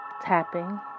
tapping